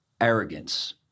arrogance